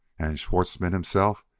and schwartzmann, himself!